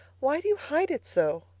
why do you hide it so?